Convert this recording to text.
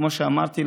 כמו שאמרתי,